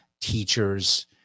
teachers